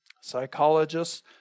psychologists